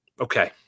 Okay